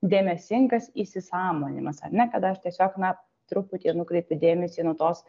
dėmesingas įsisąmoninimas ar ne kada aš tiesiog na truputį nukreipiu dėmesį nuo tos